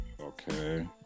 Okay